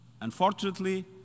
Unfortunately